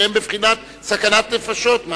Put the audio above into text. שהם בבחינת סכנת נפשות.